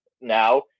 now